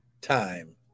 time